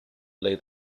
lay